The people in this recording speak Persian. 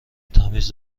تمیز